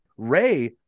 Ray